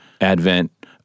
Advent